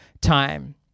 time